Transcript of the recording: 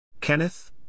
Kenneth